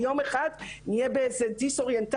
ביום אחד נהיה באיזה דיס-אוריינטציה,